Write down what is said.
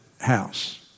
house